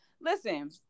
Listen